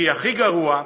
כי הכי גרוע,